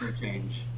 change